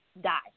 die